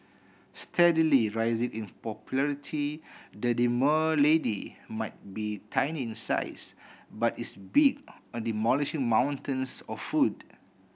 steadily rising in popularity the demure lady might be tiny in size but is big on demolishing mountains of food